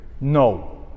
no